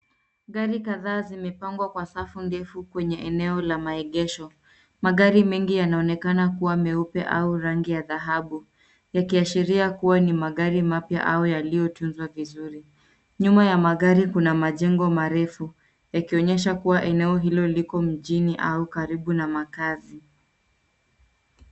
Gari kadhaa zimepangwa kwa safu ndefu kwenye eneo la maegesho. Magari mengi yanaonekana kuwa meupe au rangi ya dhahabu, yakiashiria kuwa ni magari mapya au yaliyotunza vizuri. Nyuma ya magari kuna majengo marefu, yakionyesha kuwa eneo hilo liko mjini au karibu na makazi.